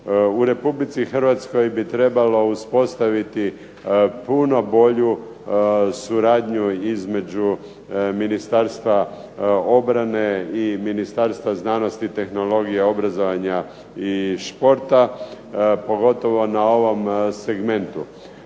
U RH bi trebalo uspostaviti puno bolju suradnju između Ministarstva obrane i Ministarstva znanosti, tehnologije, obrazovanja i športa. Pogotovo na ovom segmentu.